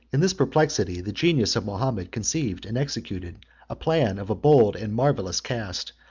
in this perplexity, the genius of mahomet conceived and executed a plan of a bold and marvellous cast,